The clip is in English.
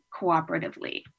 cooperatively